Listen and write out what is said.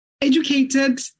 educated